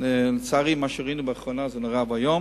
לצערי, מה שראינו לאחרונה זה נורא ואיום.